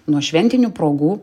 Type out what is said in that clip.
nuo šventinių progų